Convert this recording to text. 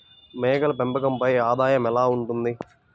మేకల పెంపకంపై ఆదాయం ఎలా ఉంటుంది?